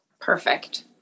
Perfect